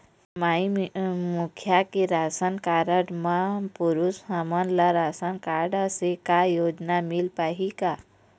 माई मुखिया के ration card म पुरुष हमन ला रासनकारड से का योजना मिल पाही का?